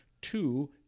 two